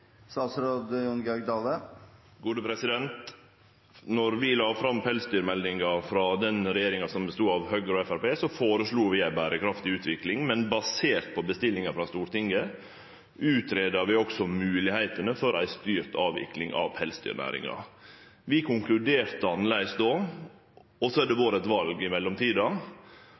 vi la fram pelsdyrmeldinga – den regjeringa som bestod av Høgre og Framstegspartiet – føreslo vi ei berekraftig utvikling, men basert på bestillinga frå Stortinget greidde vi også ut moglegheitene for ei styrt avvikling av pelsdyrnæringa. Vi konkluderte annleis då. Så har det vore eit val i mellomtida,